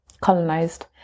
colonized